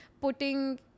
putting